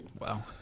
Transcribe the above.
Wow